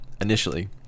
initially